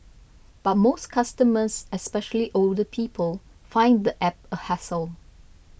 but most customers especially older people find the app a hassle